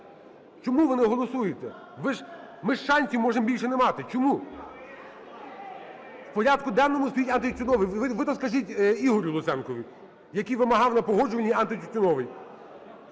Чому ви не голосуєте? Ми ж шансів можемо більше не мати. Чому? В порядку денному стоїть антитютюновий. Ви то скажіть Ігорю Луценкові, який вимагав на Погоджувальній антитютюновий.